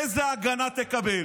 איזו הגנה תקבל.